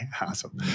Awesome